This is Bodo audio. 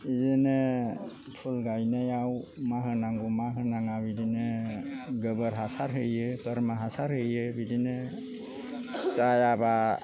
इदिनो फुल गायनायाव मा होनांगौ मा होनाङा बिदिनो गोबोर हासार होयो बोरमा हासार होयो बिदिनो जायाब्ला